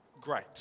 great